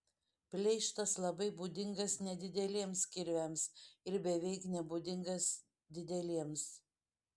pleištas labai būdingas nedideliems kirviams ir beveik nebūdingas dideliems